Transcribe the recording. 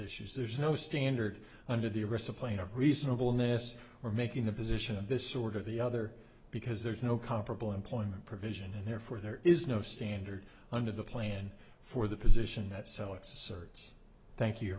issues there's no standard under the aggressive plane of reasonable ness or making the position of this sort of the other because there is no comparable employment provision and therefore there is no standard under the plan for the position that so it's asserts thank you